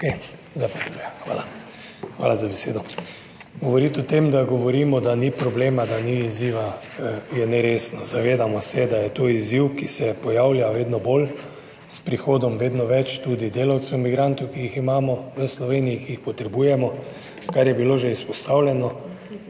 (PS Svoboda): Hvala za besedo. Govoriti o tem, da govorimo, da ni problema, da ni izziva, je neresno. Zavedamo se, da je to izziv, ki se pojavlja vedno bolj s prihodom tudi vedno več delavcev migrantov, ki jih imamo v Sloveniji, ki jih potrebujemo, kar je bilo že izpostavljeno.